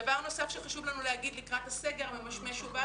דבר נוסף שחשוב לנו להגיד לקראת הסגר המשמש ובא